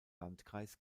landkreis